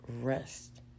rest